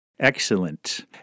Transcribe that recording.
Excellent